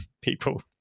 people